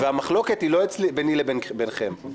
והמחלוקת היא לא ביני לבינכם.